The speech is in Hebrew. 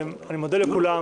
אני מודה לכולם.